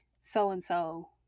so-and-so